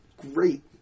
great